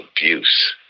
abuse